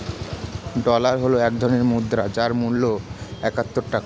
dollar হল এক ধরনের মুদ্রা যার মূল্য একাত্তর টাকা